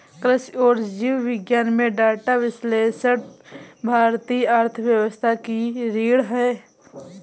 कृषि और जीव विज्ञान में डेटा विश्लेषण भारतीय अर्थव्यवस्था की रीढ़ है